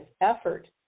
effort